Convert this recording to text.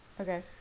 okay